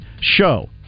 show